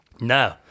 No